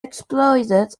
exploited